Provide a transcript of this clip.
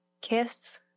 kiss